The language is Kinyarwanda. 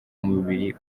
mubiri